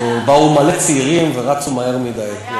באו מלא צעירים ורצו מהר מדי.